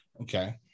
okay